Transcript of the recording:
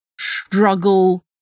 struggle